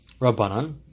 Rabbanan